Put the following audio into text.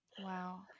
Wow